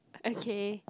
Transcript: okay